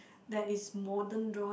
that is modern drawing